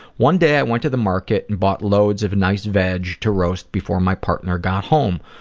one day i went to the market and bought loads of nice veg to roast before my partner got home.